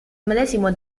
medesimo